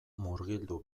murgildu